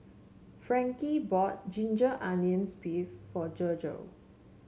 Frankie bought Ginger Onions beef for Virgle